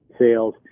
sales